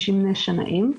הם שמני שנאים,